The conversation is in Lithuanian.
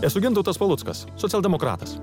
esu gintautas paluckas socialdemokratas